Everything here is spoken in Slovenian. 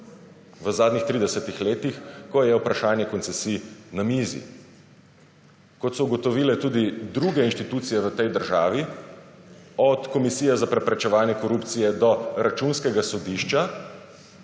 v zadnjih 30 letih, ko je vprašanje koncesij na mizi. Kot so ugotovile tudi druge inštitucije v tej državi, od komisije za preprečevanje korupcije do Računskega sodišča,